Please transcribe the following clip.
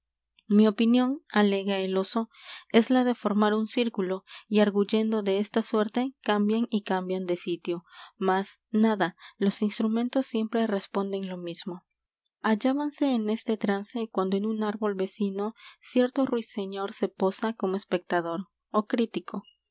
i opinión alega el oso es la de formar un círculo y arguyendo de esta suerte cambian y cambian de sitio mas nada los instrumentos siempre responden lo mismo hallábanse en este trance cuando en un árbol vecino cierto ruiseñor se posa como espectador ó crítico